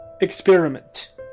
Experiment